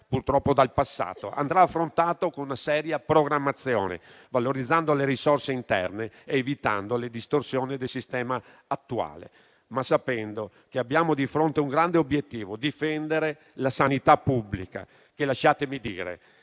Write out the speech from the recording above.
purtroppo, dal passato. Andrà affrontato con una seria programmazione, valorizzando le risorse interne, evitando le distorsioni del sistema attuale, ma sapendo che abbiamo di fronte un grande obiettivo: difendere la sanità pubblica che - lasciatemi dire